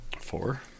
four